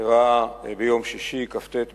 הוא אירע ביום שישי, כ"ט בסיוון,